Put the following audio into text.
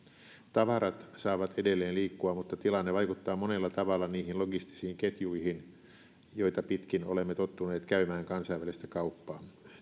tavarat saavat edelleen liikkua mutta tilanne vaikuttaa monella tavalla niihin logistisiin ketjuihin joita pitkin olemme tottuneet käymään kansainvälistä kauppa